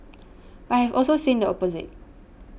but I have also seen the opposite